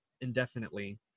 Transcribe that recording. indefinitely